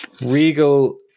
Regal